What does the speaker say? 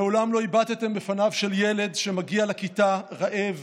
מעולם לא הבטתם בפניו של ילד שמגיע לכיתה רעב